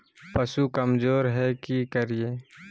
पशु कमज़ोर है कि करिये?